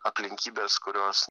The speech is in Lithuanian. aplinkybės kurios